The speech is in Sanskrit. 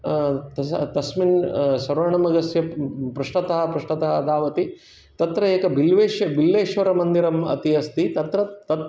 तस् तस्मिन् स्वर्णमृगस्य पृष्टतः पृष्टतः धावति तत्र एक बिल्वेषु बिल्लेश्वर मन्दिरम् अपि अस्ति तत्र